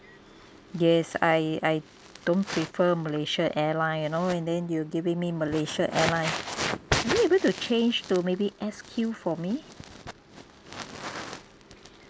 yes I I don't prefer malaysia airline you know and then you giving me malaysia airline are you able to change to maybe S_Q for me